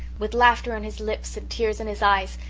with laughter on his lips and tears in his eyes,